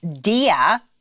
dia